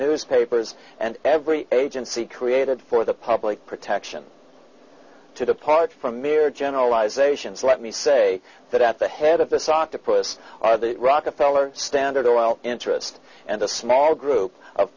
newspapers and every agency created for the public protection to depart from mere generalisations let me say that at the head of this octopus are the rockefeller standard oil interest and a small group of